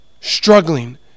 struggling